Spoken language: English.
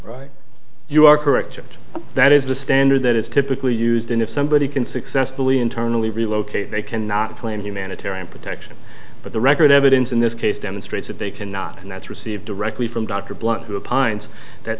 you are correct that is the standard that is typically used and if somebody can successfully internally relocate they can not claim humanitarian protection but the record evidence in this case demonstrates that they cannot and that receive directly from dr blunt the pines that